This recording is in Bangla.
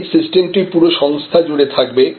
এই সিস্টেমটি পুরো সংস্থা জুড়ে থাকবে